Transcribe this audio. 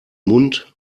mund